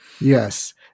Yes